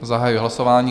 Zahajuji hlasování.